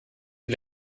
die